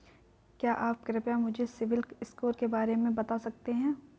क्या आप कृपया मुझे सिबिल स्कोर के बारे में बता सकते हैं?